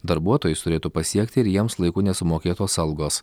darbuotojus turėtų pasiekti ir jiems laiku nesumokėtos algos